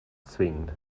zwingt